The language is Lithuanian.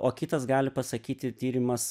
o kitas gali pasakyti tyrimas